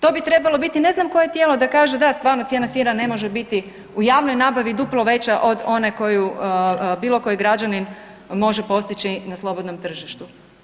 To bi trebalo biti ne znam koje tijelo da kaže „da, stvarno cijena sira ne može biti u javnoj nabavi duplo veća od one koju bilo koji građanin može postići na slobodnom tržištu“